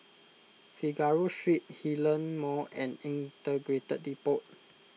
Figaro Street Hillion Mall and Integrated Depot